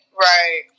Right